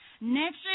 Next